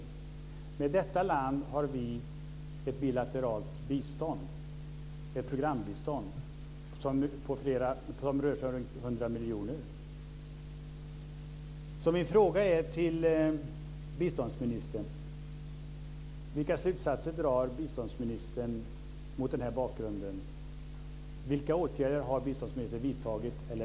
Till detta land har vi ett bilateralt bistånd - ett programbistånd - som rör sig om drygt 100 miljoner kronor.